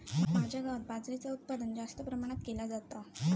माझ्या गावात बाजरीचा उत्पादन जास्त प्रमाणात केला जाता